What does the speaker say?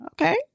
Okay